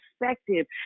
perspective